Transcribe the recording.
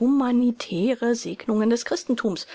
humanitäre segnungen des christenthums